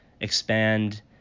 expand